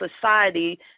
society